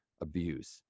abuse